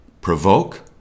provoke